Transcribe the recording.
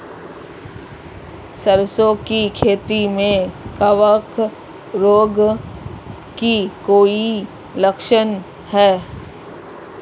सरसों की खेती में कवक रोग का कोई लक्षण है?